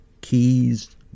keys